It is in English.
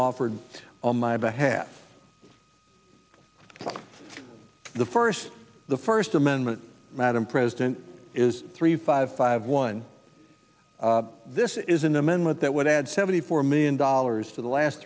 offered on my behalf the first the first amendment madam president is three five five one this is an amendment that would add seventy four million dollars for the last